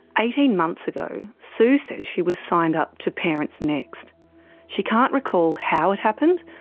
eighteen months ago sue says she was signed up to parentsnext. she can't recall how it happened,